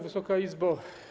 Wysoka Izbo!